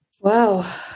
Wow